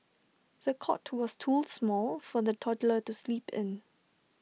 the cot was too small for the toddler to sleep in